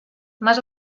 más